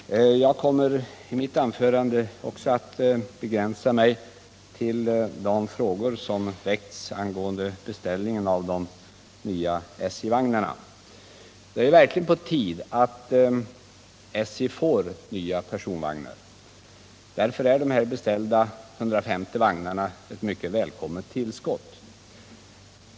Herr talman! Jag kommer i mitt anförande också att begränsa mig till de frågor som väckts angående beställningen av de nya SJ-vagnarna. Det är verkligen på tiden att SJ får nya personvagnar. Därför är de beställda 150 vagnarna ett mycket välkommet tillskott.